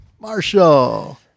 Marshall